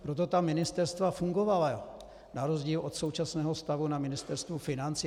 Proto ta ministerstva fungovala na rozdíl od současného stavu na Ministerstvu financí.